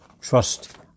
trust